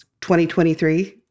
2023